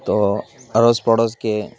تو اڑوس پڑوس کے